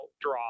draw